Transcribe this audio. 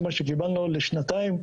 זה מה שקיבלנו לשנתיים.